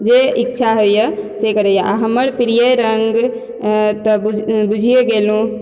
जे इच्छा होइए से करइए आओर हमर प्रिय रङ्ग तऽ बूझिये गेलहुँ